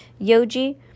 Yoji